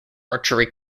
archery